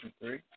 three